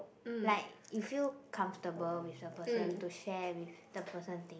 like if you feel comfortable with the person to share with the person thing